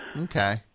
Okay